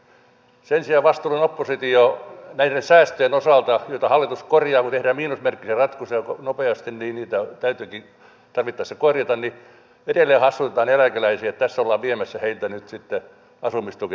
sen sijaan vastuullinen oppositio näiden säästöjen osalta joita hallitus korjaa kun tehdään miinusmerkkisiä ratkaisuja nopeasti niin niitä täytyykin tarvittaessa korjata edelleen hassuttaa eläkeläisiä että tässä ollaan viemässä heiltä nyt sitten asumistukea merkittävästi